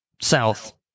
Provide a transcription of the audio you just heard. South